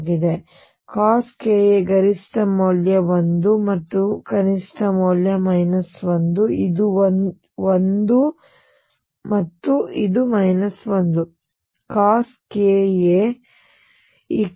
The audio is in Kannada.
ಮತ್ತೊಂದೆಡೆ cos Ka ಗರಿಷ್ಠ ಮೌಲ್ಯ 1 ಮತ್ತು ಕನಿಷ್ಠ ಮೌಲ್ಯ 1 ಇದು 1 ಇದು 1